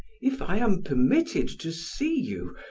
if i am permitted to see you,